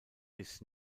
his